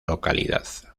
localidad